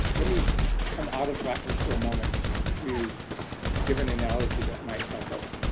let me come out of blackness for a moment to give an analogy that might help us.